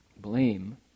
blame